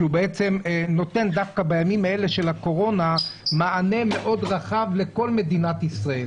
שנותן דווקא בימי הקורונה מענה רחב מאוד לכל מדינת ישראל.